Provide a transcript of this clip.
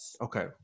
Okay